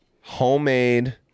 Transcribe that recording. homemade